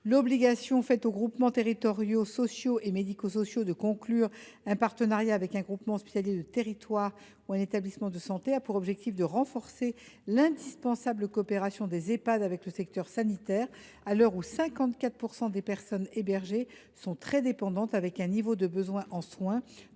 L’obligation faite aux groupements territoriaux sociaux et médico sociaux de conclure un partenariat avec un GHT ou un établissement de santé a pour objectif de renforcer l’indispensable coopération des Ehpad avec le secteur sanitaire, à l’heure où 54 % des personnes hébergées sont très dépendantes et ont un niveau de besoins en soins